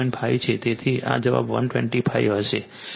5 છે તેથી જવાબ 125 હશે